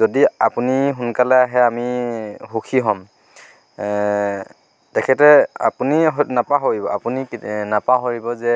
যদি আপুুনি সোনকালে আহে আমি সুখী হ'ম তেখেতে আপুনি নাপাহৰিব আপুনি নাপাহৰিব যে